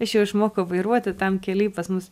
aš jau išmokau vairuoti tam kely pas mus